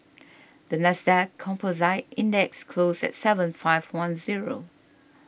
the NASDAQ Composite Index closed at seven five one zero